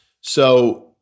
So-